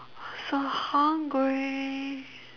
so hungry